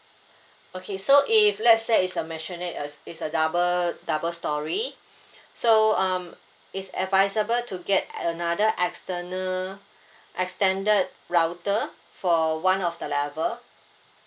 okay so if let's say it's a maisonette uh it's a double double storey so um it's advisable to get another external extended router for one of the level